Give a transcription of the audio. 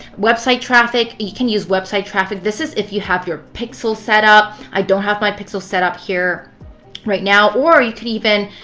website traffic, you can use website traffic. this is if you have your pixel set up. i don't have my pixel set up here right now. or you can even